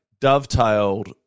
dovetailed